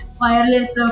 wireless